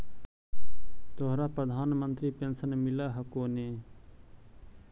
तोहरा प्रधानमंत्री पेन्शन मिल हको ने?